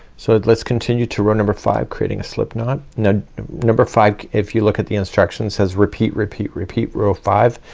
so let's continue to row number five creating a slipknot. now number five if you look at the instructions says repeat, repeat, repeat row five.